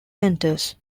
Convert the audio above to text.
centres